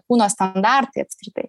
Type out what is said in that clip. kūno standartai apskritai